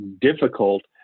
difficult